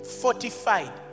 fortified